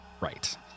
Right